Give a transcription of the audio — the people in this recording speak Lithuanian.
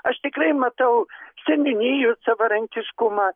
aš tikrai matau seniūnijų savarankiškumą